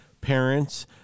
parents